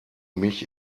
mich